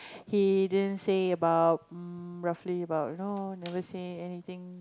he didn't say about um roughly about you know never say anything